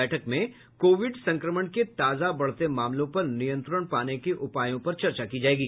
बैठक में कोविड संक्रमण के ताजा बढ़ते मामलों पर नियंत्रण पाने के उपायों पर चर्चा की जायेगी